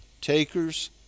takers